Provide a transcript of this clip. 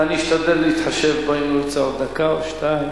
ואני אשתדל להתחשב בו אם הוא ירצה עוד דקה או שתיים.